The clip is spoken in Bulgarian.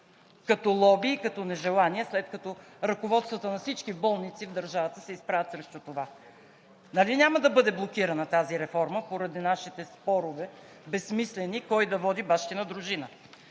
като лоби и като нежелание, след като ръководствата на всички болници в държавата ще се изправят срещу това. Нали няма да бъде блокирана тази реформа поради нашите безсмислени спорове кой да води бащина дружина!